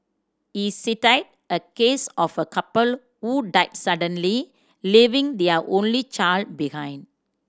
he cited a case of a couple who died suddenly leaving their only child behind